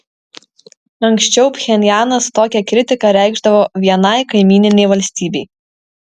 anksčiau pchenjanas tokią kritiką reikšdavo vienai kaimyninei valstybei